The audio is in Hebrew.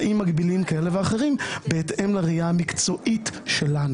אולי להשוות את זה לתנאי בתי החולים.